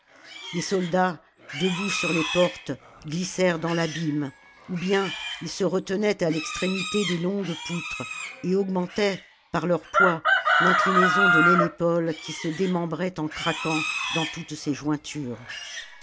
les soldats debout sur les portes glissèrent dans l'abîme ou bien ils se retenaient à l'extrémité des longues poutres et augmentaient par leur poids l'inclmaison de l'hélépole qui se démembrait en craquant dans toutes ses jointures